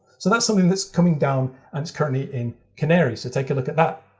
so that's something that's coming down. and it's currently in canary. so take a look at that.